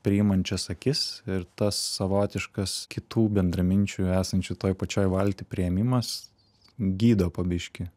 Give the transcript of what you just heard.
priimančias akis ir tas savotiškas kitų bendraminčių esančių toj pačioj valty priėmimas gydo po biški